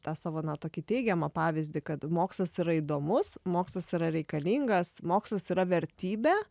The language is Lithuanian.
tą savo na tokį teigiamą pavyzdį kad mokslas yra įdomus mokslas yra reikalingas mokslas yra vertybė